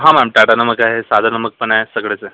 हां मॅम टाटा नमक आहे साधा नमक पण आहे सगळंच आहे